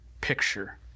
picture